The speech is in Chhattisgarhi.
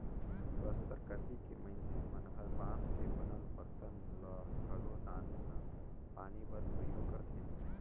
बस्तर कति के मइनसे मन हर बांस के बनल बरतन ल घलो दाना पानी बर परियोग करथे